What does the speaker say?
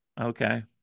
Okay